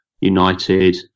United